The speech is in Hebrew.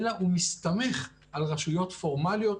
אלא הוא מסתמך על רשויות פורמליות,